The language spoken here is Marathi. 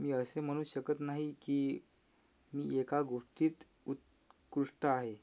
मी असे म्हणू शकत नाही की मी एका गोष्टीत उत्कृष्ट आहे